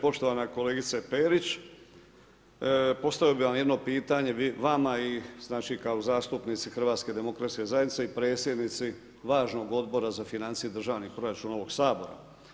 Poštovana kolegice Perić, postavljam jedno pitanje vama i kao zastupnici HDZ-a i predsjednici važnog Odbora za financije i državni proračun ovog Sabora.